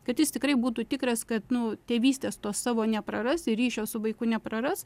kad jis tikrai būtų tikras kad nu tėvystės tos savo nepraras ir ryšio su vaiku nepraras